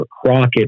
Crockett